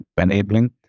enabling